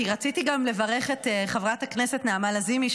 רציתי גם לברך את חברת הכנסת נעמה לזימי,